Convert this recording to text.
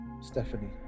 Stephanie